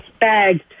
bag